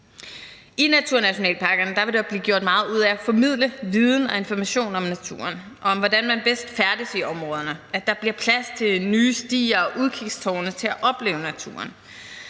I naturnationalparkerne vil der blive gjort meget ud af at formidle viden og information om naturen og om, hvordan man bedst færdes i områderne, og at der bliver plads til nye stier og udkigstårne til at opleve naturen.